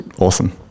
awesome